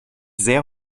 sehr